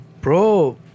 Bro